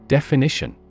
Definition